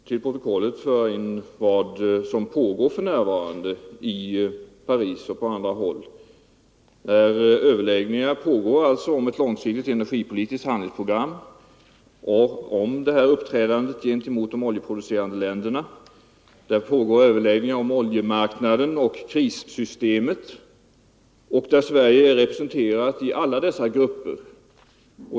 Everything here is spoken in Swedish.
Herr talman! Jag vill bara för protokollet nämna vad som för närvarande pågår i Paris och på andra håll. Överläggningar förs om ett långsiktigt energipolitiskt handlingsprogram och om hur man skall uppträda gentemot de oljeproducerande länderna. Det pågår vidare överläggningar om oljemarknaden och krissystemet. Sverige är representerat i alla dessa olika grupper.